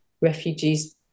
refugees